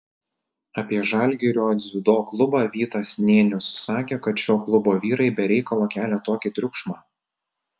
apie žalgirio dziudo klubą vytas nėnius sakė kad šio klubo vyrai be reikalo kelia tokį triukšmą